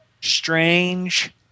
strange